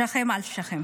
שכם אל שכם.